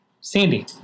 Sandy